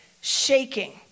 shaking